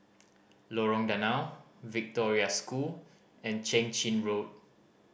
Lorong Danau Victoria School and Keng Chin Road